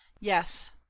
yes